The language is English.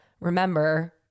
remember